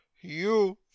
You